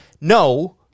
no